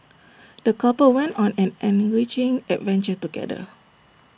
the couple went on an enriching adventure together